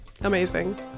Amazing